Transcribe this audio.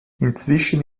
inzwischen